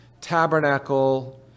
tabernacle